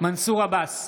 מנסור עבאס,